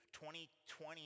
2020